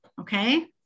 Okay